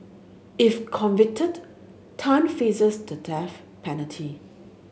if convicted Tan faces the death penalty